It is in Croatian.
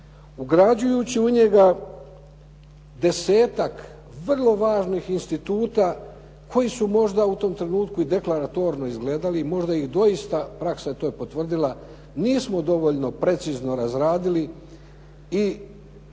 ugrađujući u njega desetak vrlo važnih instituta koji su možda u tom trenutku i deklaratorno izgledali i možda ih doista praksa je to potvrdila nismo dovoljno precizno razradili i tako